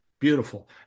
beautiful